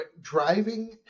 Driving